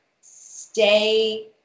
stay